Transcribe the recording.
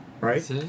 Right